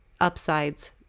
upsides